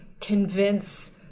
convince